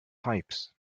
pipes